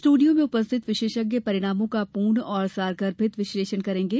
studio में उपस्थित विशेषज्ञ परिणामों का पूर्ण और सारगर्भित विश्लेषण करेंगे